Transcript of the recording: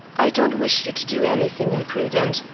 i don't wish you to do anything imprudent.